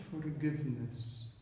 forgiveness